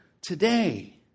today